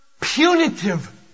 punitive